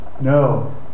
No